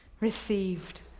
received